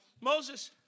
Moses